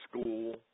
School